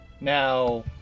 Now